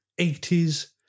80s